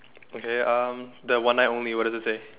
okay uh the one night only what does it say